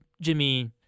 Jimmy